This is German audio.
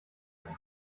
ist